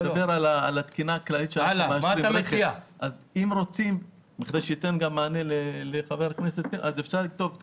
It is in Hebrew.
אם רוצים לתת מענה אז אפשר לכתוב או